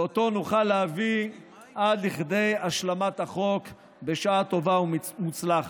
ואותו נוכל להביא עד לכדי השלמת החוק בשעה טובה ומוצלחת.